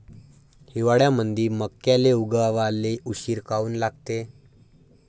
हिवाळ्यामंदी मक्याले उगवाले उशीर काऊन लागते?